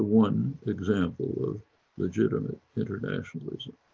one example of legitimate internationalism.